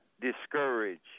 discourage